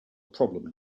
problem